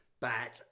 back